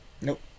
Nope